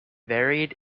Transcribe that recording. varied